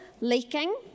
leaking